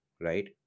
right